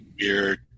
weird